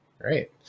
Great